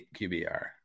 QBR